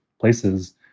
places